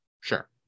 Sure